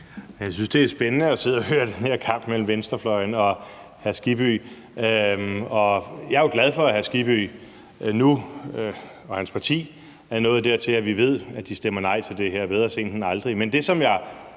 Jeg synes, det er spændende at sidde og høre den her kamp mellem venstrefløjen og hr. Hans Kristian Skibby. Og jeg er jo glad for, at hr. Hans Kristian Skibby og hans parti nu er nået dertil, at vi ved, at de stemmer nej til det her. Bedre sent end aldrig.